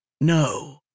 No